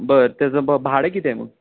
बरं त्याचं ब भाडं किती आहे मग